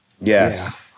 Yes